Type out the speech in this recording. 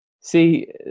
See